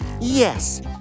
Yes